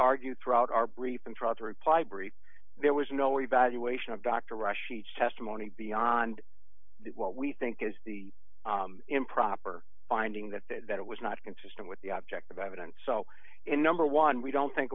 argue throughout our brief and tried to reply brief there was no evaluation of doctor rush each testimony beyond what we think is the improper finding that that was not consistent with the object of evidence so in number one we don't think